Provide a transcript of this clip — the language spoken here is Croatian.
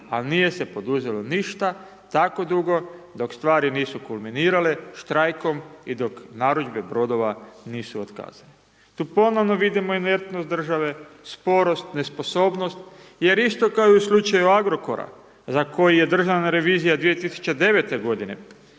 a nije se poduzelo ništa tako dugo dok stvari nisu kulminirale štrajkom i dok narudžbe brodova nisu otkazane. Tu ponovno vidimo intertnost države sporost, nesposobnost jer isto kao i u slučaju Agrokora za koji je državna revizija 2009. godine